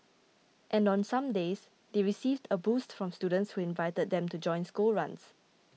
and on some days they received a boost from students who invited them to join school runs